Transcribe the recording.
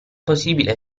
possibile